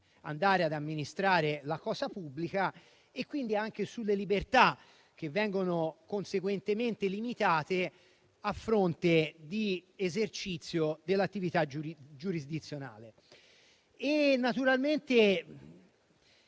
andare ad amministrare la cosa pubblica, e quindi anche sulle libertà che vengono conseguentemente limitate, a fronte di esercizio dell'attività giurisdizionale. Naturalmente